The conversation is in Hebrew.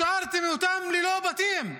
השארתם אותם ללא בתים,